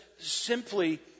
simply